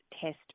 test